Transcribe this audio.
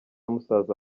musaza